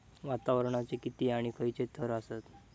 वातावरणाचे किती आणि खैयचे थर आसत?